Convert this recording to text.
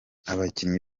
abakinnyi